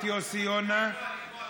קסניה סבטלובה,